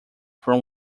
from